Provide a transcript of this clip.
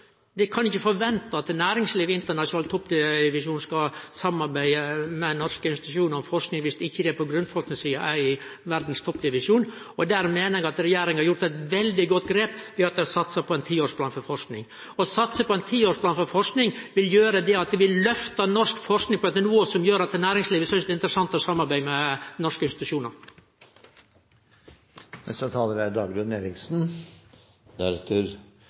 Ein kan ikkje forvente at næringslivet i internasjonal toppdivisjon skal samarbeide med norske institusjonar om forsking viss ein ikkje på grunnforskingssida er i verdas toppdivisjon. Der meiner eg at regjeringa har gjort eit veldig godt grep ved å satse på ein tiårsplan for forsking. Å satse på ein tiårsplan for forsking vil løfte norsk forsking opp på eit nivå som gjer at næringslivet synest det er interessant å samarbeide med norske